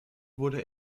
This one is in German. wurde